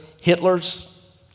Hitler's